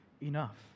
enough